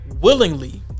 willingly